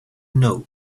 know